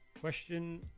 Question